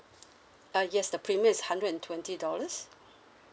ah yes the premium is hundred and twenty dollars